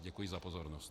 Děkuji za pozornost.